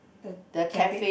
the cafe